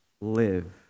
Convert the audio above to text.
live